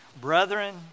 brethren